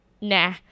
nah